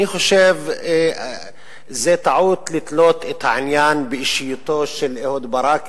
אני חושב שזו טעות לתלות את העניין באישיותו של אהוד ברק,